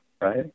right